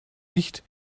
nicht